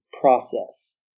process